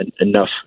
enough